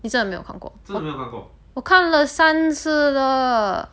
你真的没有看过我看了三次了